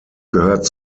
gehört